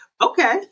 Okay